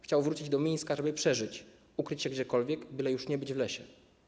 Chciał wrócić do Mińska, żeby przeżyć, ukryć się gdziekolwiek, byle już nie być w lesie.